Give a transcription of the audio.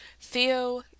Theo